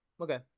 Okay